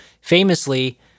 famously